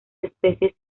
especies